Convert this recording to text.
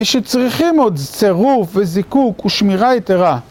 שצריכים עוד צירוף וזיקוק ושמירה יתרה.